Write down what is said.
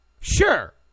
sure